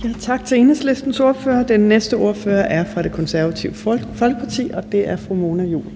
Kl. 13:08 Fjerde næstformand (Trine Torp): Tak til Enhedslistens ordfører. Den næste ordfører er fra Det Konservative Folkeparti, og det er fru Mona Juul.